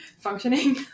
functioning